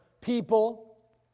people